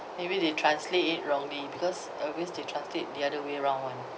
maybe they translate it wrongly because always they translate the other way round [one]